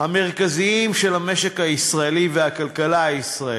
המרכזיים של המשק הישראלי והכלכלה הישראלית,